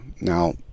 Now